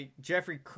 Jeffrey